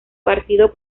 partido